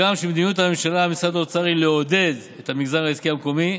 הגם שמדיניות הממשלה ומשרד האוצר היא לעודד את המגזר העסקי המקומי,